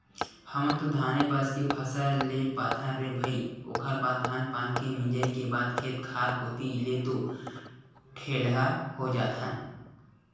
हमन तो धाने बस के फसल ले पाथन रे भई ओखर बाद धान पान के मिंजई के बाद खेत खार कोती ले तो ठेलहा हो जाथन